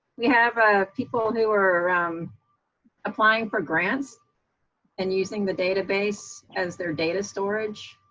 we have ah people who are applying for grants and using the database as their data storage